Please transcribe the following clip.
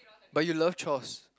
but you love chores